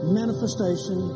manifestation